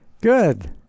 good